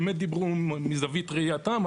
הם באמת דיברו מזווית ראייתם,